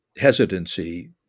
hesitancy